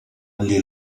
only